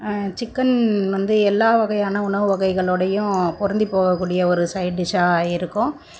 chicken வந்து எல்லா வகையான உணவு வகைகளோடயும் பொருந்திப்போக கூடிய ஒரு சைடிஷ்ஷாக இருக்கும்